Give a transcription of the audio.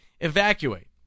evacuate